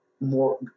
more